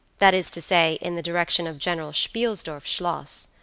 that is to say in the direction of general spielsdorf's schloss,